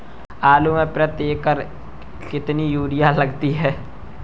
आलू में प्रति एकण कितनी यूरिया लगती है?